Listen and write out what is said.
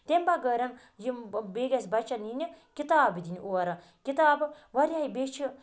تمہِ بغٲرَن یِم بیٚیہِ گَژھہِ بَچَن ییہِ نہِ کِتاب دِنہِ اورٕ کِتابہٕ وَرٲے بیٚیہِ چھُ